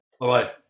Bye-bye